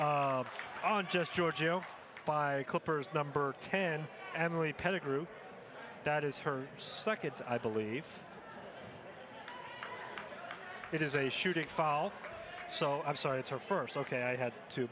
on just giorgio by clippers number ten emily pettigrew that is her second i believe it is a shooting file so i'm sorry it's her first ok i had t